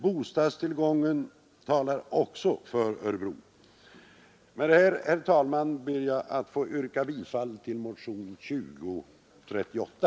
Bostadstillgången talar också för Örebro. Med detta, herr talman, ber jag att få yrka bifall till motion nr 2038.